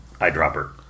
eyedropper